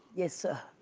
yes sir,